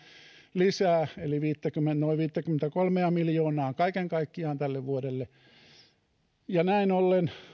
lisää eli noin viittäkymmentäkolmea miljoonaa kaiken kaikkiaan tälle vuodelle näin ollen